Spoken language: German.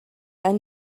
ein